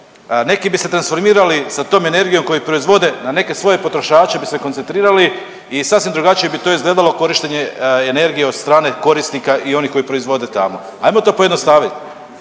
Neki bi se transformirali sa tom energijom koju proizvode na neke svoje potrošače bi se koncentrirali i sasvim drugačije bi to izgledalo korištenje energije od strane korisnika i onih koji proizvode temo, amo to pojednostavit,